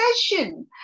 session